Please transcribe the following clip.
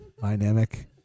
Dynamic